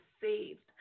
saved